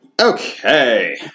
Okay